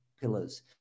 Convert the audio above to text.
pillars